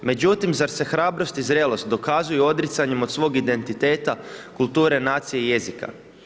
Međutim zar se hrabrost i zrelost dokazuju odricanjem od svog identiteta, kulture nacije i jezika.